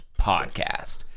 Podcast